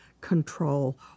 control